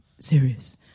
serious